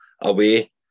away